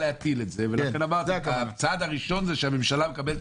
לכן אמרתי שהצעד הראשון הוא שהממשלה מקבלת